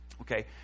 okay